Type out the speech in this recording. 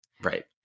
Right